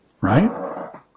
right